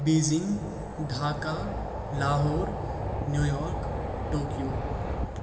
Beijing Dhaka Lahore New York Tokyo